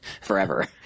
forever